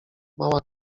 mała